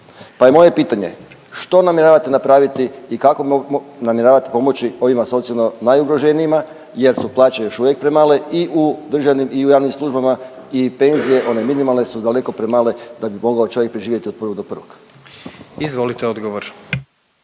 Pa je moje pitanje, što namjeravate napraviti i kako namjeravate pomoći ovima socijalno najugroženijima jer su plaće još uvijek premale i u državnim i u javnim službama i penzije one minimalne su daleko premale da bi mogao čovjek preživjeti od 1. do 1.? **Jandroković,